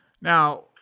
Now